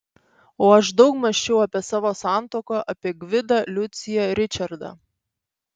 o aš daug mąsčiau apie savo santuoką apie gvidą liuciją ričardą